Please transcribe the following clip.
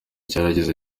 cyarageze